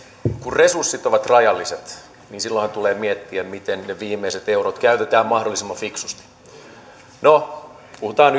kun resurssit ovat rajalliset niin silloinhan tulee miettiä miten ne viimeiset eurot käytetään mahdollisimman fiksusti no puhutaan